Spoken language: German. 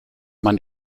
man